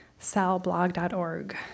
salblog.org